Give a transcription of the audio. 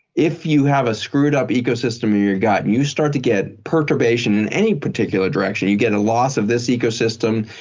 if you have a screwed up ecosystem in your gut and you start to get perturbation in any particular direction. you get a loss of this ecosystem,